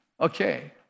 Okay